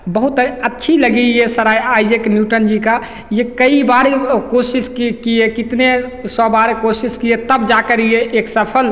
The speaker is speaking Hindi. बहुत ए अच्छी लगी ये सर आई आइज़ैक न्यूटन जी का ये कई बार ये कोशिश कि किए कितने सौ बार कोशिश किए तब जाकर ये एक सफल